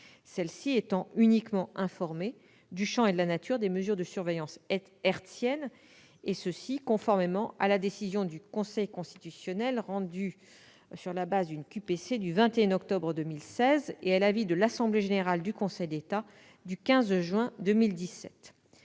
dernière étant uniquement informée du champ et de la nature des mesures de surveillance hertzienne, conformément à la décision du Conseil constitutionnel du 21 octobre 2016 et à l'avis de l'assemblée générale du Conseil d'État du 15 juin 2017.